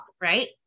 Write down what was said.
right